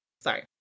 Sorry